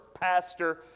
pastor